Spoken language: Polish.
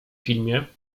filmie